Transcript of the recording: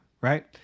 right